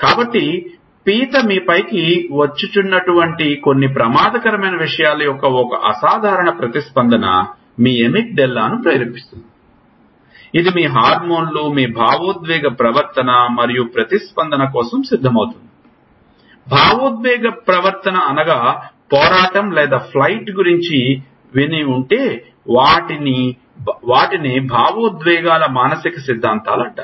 కాబట్టి పీత మీపైకి వచ్చటటువంటి కొన్ని ప్రమాదకరమైన విషయాల యొక్క ఒక సాధారణ ప్రతిస్పందన మీ ఎమిక్ డెల్లాను ప్రేరేపిస్తుంది ఇది మీ హార్మోన్లు మీ భావోద్వేగ ప్రవర్తన మరియు ప్రతిస్పందన కోసం సిద్ధం అవుతుంది భావోద్వేగ ప్రవర్తన అనగా పోరాటం లేదా ఫ్లైట్ గురించి విని ఉంటే వాటినే భావోద్వేగాల మానసిక సిద్ధాంతాలు అంటారు